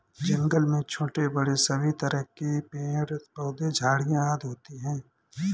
जंगल में छोटे बड़े सभी तरह के पेड़ पौधे झाड़ियां आदि होती हैं